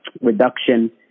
reduction